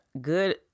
good